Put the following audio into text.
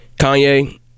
Kanye